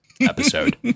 episode